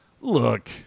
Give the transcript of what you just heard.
look